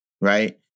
right